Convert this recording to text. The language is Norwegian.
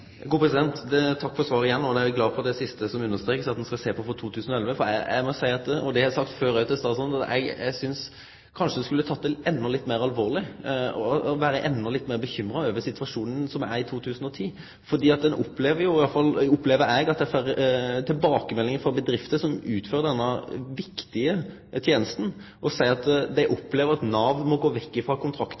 Takk for svaret, igjen. Eg er glad for det siste som blir understreka, at ein skal sjå på dette for 2011. Eg har òg sagt før til statsråden at eg synest at ein kanskje skulle teke dette endå litt meir alvorleg, og vere endå litt meir bekymra over situasjonen i 2010. Ein opplever – iallfall opplever eg – å få tilbakemeldingar frå bedrifter som utfører denne viktige tenesta. Dei seier dei opplever at Nav må gå vekk frå kontraktar fordi pengane ikkje er der. Eg fekk tilbakemelding frå